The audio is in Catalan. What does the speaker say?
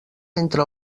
entre